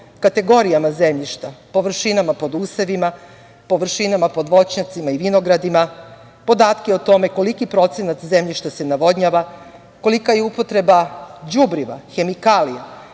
kategorijama zemljišta, površinama pod usevima, površinama pod voćnjacima i vinogradima, podatke o tome koliki procenat zemljišta se navodnjava, kolika je upotreba đubriva, hemikalija,